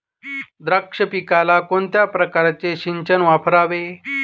द्राक्ष पिकाला कोणत्या प्रकारचे सिंचन वापरावे?